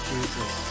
Jesus